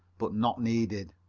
but not needed.